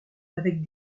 avec